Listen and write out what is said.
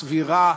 סבירה,